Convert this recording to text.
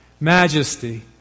majesty